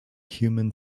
human